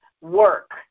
work